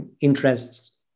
interests